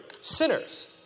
sinners